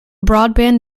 broadband